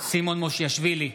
סימון מושיאשוילי,